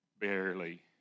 Barely